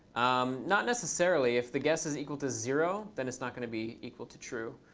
um not necessarily. if the guess is equal to zero, then it's not going to be equal to true.